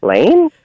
Lane